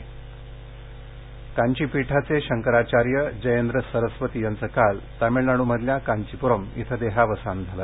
निधन कांची पीठाचे शंकराचार्य जयेंद्र सरस्वती याचं काल तामिळनाडूमधल्या कांचीप्रम इथं देहावसान झालं